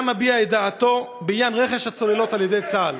מביע את דעתו בעניין רכש הצוללות על-ידי צה"ל?